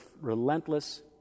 relentless